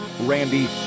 Randy